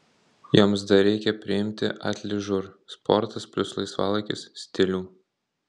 joms dar reikia priimti atližur sportas plius laisvalaikis stilių